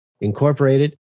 Incorporated